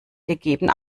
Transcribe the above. gegeben